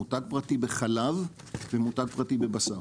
מותג פרטי בחלב ומותג פרטי בבשר.